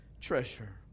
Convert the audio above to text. treasure